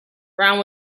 browne